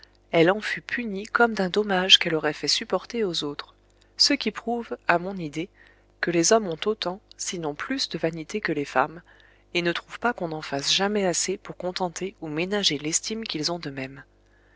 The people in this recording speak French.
elle en fut punie comme d'un dommage qu'elle aurait fait supporter aux autres ce qui prouve à mon idée que les hommes ont autant sinon plus de vanité que les femmes et ne trouvent pas qu'on en fasse jamais assez pour contenter ou ménager l'estime qu'ils ont d'eux-mêmes